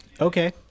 Okay